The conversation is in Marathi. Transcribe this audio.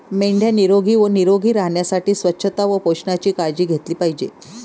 मेंढ्या निरोगी व निरोगी राहण्यासाठी स्वच्छता व पोषणाची काळजी घेतली पाहिजे